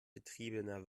betriebener